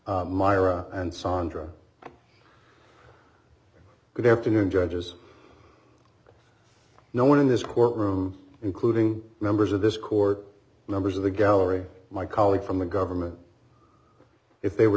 myra and sandra good afternoon judges no one in this courtroom including members of this court numbers of the gallery my colleague from the government if they were